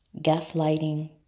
gaslighting